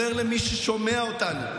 אומר למי ששומע אותנו,